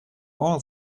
all